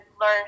learn